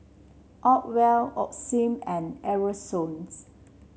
Acwell Osim and Aerosoles